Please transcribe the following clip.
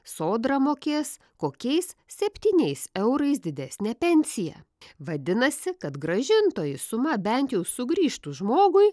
sodra mokės kokiais septyniais eurais didesnę pensiją vadinasi kad grąžintoji suma bent jau sugrįžtų žmogui